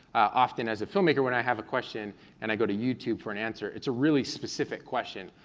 often as a filmmaker when i have a question and i go to youtube for an answer, it's a really specific question.